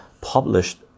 published